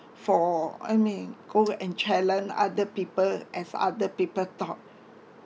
for I mean go and challenge other people as other people thought